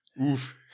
Oof